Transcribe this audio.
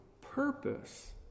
purpose